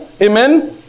Amen